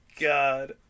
god